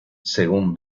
según